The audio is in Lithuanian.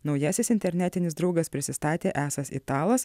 naujasis internetinis draugas prisistatė esąs italas